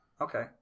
Okay